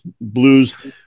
blues